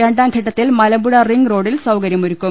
രണ്ടാം ഘട്ടത്തിൽ മലമ്പുഴ റിങ് റോഡിൽ സൌകര്യം ഒരുക്കും